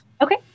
Okay